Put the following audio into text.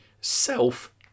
Self